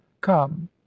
come